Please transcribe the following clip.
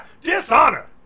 Dishonor